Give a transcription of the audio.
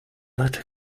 latter